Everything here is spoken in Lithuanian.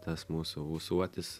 tas mūsų ūsuotis